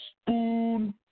spoon